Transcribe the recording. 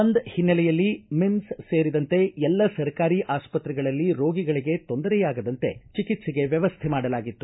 ಬಂದ್ ಒನ್ನೆಲೆಯಲ್ಲಿ ಮಿಮ್ಸ್ ಸೇರಿದಂತೆ ಎಲ್ಲ ಸರ್ಕಾರಿ ಆಸ್ತತ್ರೆಗಳಲ್ಲಿ ರೋಗಿಗಳಿಗೆ ತೊಂದರೆಯಾಗದಂತೆ ಚಿಕಿತ್ಸೆಗೆ ವ್ಯವಸ್ಥೆ ಮಾಡಲಾಗಿತ್ತು